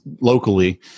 locally